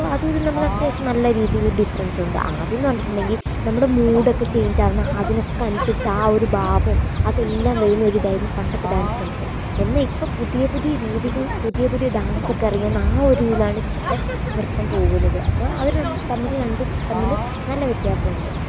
അപ്പോൾ അതും ഇതും തമ്മിൽ അത്യാവശ്യം നല്ല രീതിയിൽ ഡിഫറെൻസ് ഉണ്ട് ആദ്യം എന്ന് പറഞ്ഞിട്ടുണ്ടെങ്കിൽ നമ്മുടെ മൂടൊക്കെ ചെയ്ഞ്ച് ആകുന്ന അതിനൊക്കെ അനുസരിച്ച് ആ ഒരു ഭാവവും അതെല്ലാം വരുന്ന ഒരിതായിരുന്നു പണ്ടത്തെ ഡാൻസ് എന്ന് പറഞ്ഞിട്ടുണ്ടെങ്കില് എന്നാൽ ഇപ്പോൾ പുതിയ പുതിയ രീതികൾ പുതിയ പുതിയ ഡാൻസ് ഒക്കെ ഇറങ്ങിയ എന്നാൽ ഒരിതിലാണ് ഇപ്പത്തെ നൃത്തം പോകുന്നത് അപ്പോൾ അവര് തമ്മില് രണ്ടും തമ്മില് നല്ല വ്യത്യാസമുണ്ട്